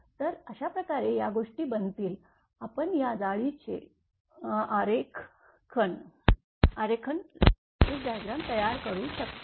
तर अशा प्रकारे या गोष्टी बनतील आपण या जाळीचे आरेखण तयार करू शकतो